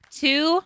two